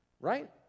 Right